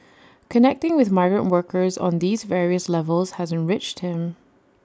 connecting with migrant workers on these various levels has enriched him